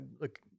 Look